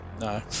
No